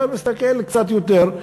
אתה מסתכל קצת יותר,